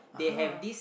(uh huh)